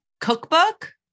cookbook